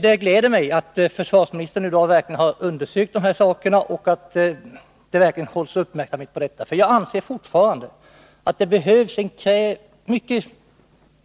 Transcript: Det gläder mig att försvarsministern verkligen har undersökt de här sakerna och har sin uppmärksamhet riktad på detta. Jag vidhåller att det behövs en